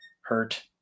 hurt